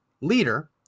leader